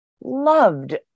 loved